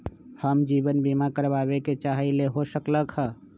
हम जीवन बीमा कारवाबे के चाहईले, हो सकलक ह?